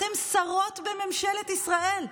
אתן שרות בממשלת ישראל,